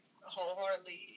wholeheartedly